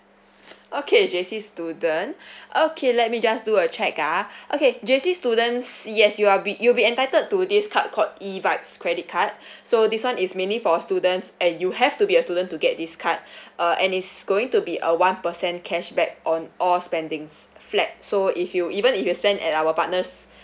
okay J_C student okay let me just do a check ah okay J_C students yes you are be you'll be entitled to this card called E vibes credit card so this one is mainly for students and you have to be a student to get this card uh and it's going to be a one percent cashback on all spendings flat so if you even if you're spend at our partners